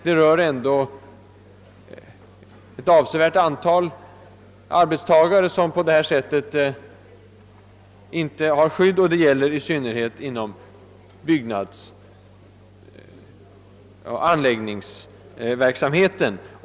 Ett avsevärt antal arbetstagare berörs emellertid, framför allt på byggnadsoch anläggningsområdet.